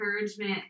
encouragement